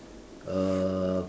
uh